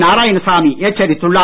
நாராயணசாமி எச்சரித்துள்ளார்